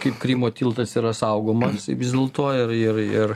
kaip krymo tiltas yra saugomas vis dėlto ir ir ir